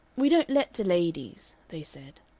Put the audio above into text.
we don't let to ladies, they said.